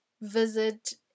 visit